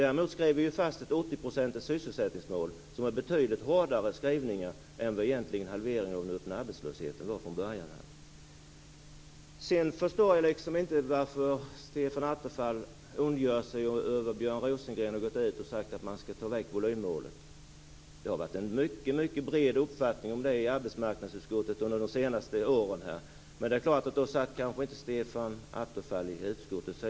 Däremot skrev vi fast ett 80-procentigt sysselsättningsmål. Det var betydligt hårdare skrivningar än vad halveringen av den öppna arbetslösheten innebar från början. Jag förstår inte varför Stefan Attefall ondgör sig över att Björn Rosengren har gått ut och sagt att man skall ta bort volymmålet. Det har varit en mycket bred uppslutning kring detta i arbetsmarknadsutskottet under de senaste åren, men då satt Stefan Attefall kanske inte i utskottet.